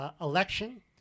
election